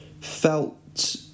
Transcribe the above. felt